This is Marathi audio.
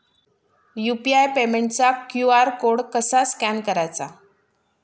यु.पी.आय पेमेंटचा क्यू.आर कोड कसा स्कॅन करायचा?